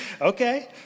Okay